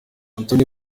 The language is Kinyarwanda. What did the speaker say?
anthony